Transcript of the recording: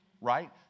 Right